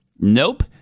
Nope